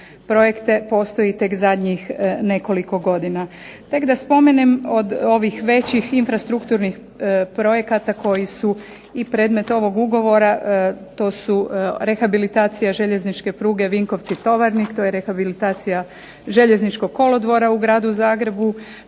projekte postoji tek zadnjih nekoliko godina. Tek da spomenem od ovih većih infrastrukturnih projekata koji su i predmet ovog ugovora, to su rehabilitacija željezničke pruge Vinkovci-Tovarnik, to je rehabilitacija Željezničkog kolodvora u Gradu Zagrebu,